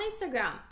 Instagram